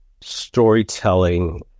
storytelling